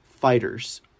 fighters